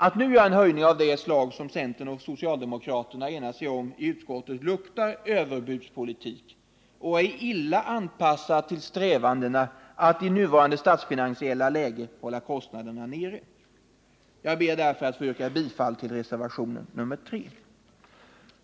Att nu göra en höjning av det slag som centern och socialdemokraterna har enat sig om i utskottet luktar överbudspolitik och är illa anpassat till strävandena att i nuvarande statsfinansiella läge hålla kostnaderna nere. Jag ber därför att få yrka bifall till reservationen 3.